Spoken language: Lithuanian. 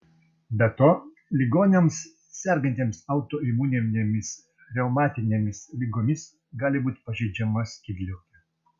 be to ligoniams sergantiems autoimuninėmis reumatinėmis ligomis gali būti pažeidžiama skydliaukė